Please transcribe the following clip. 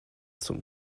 zum